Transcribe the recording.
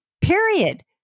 Period